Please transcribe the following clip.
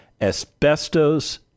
asbestos